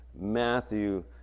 matthew